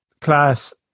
class